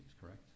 correct